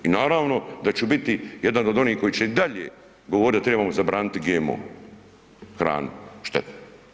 I naravno da ću biti jedan od onih koji će i dalje govoriti da trebamo zabraniti GMO hranu štetnu.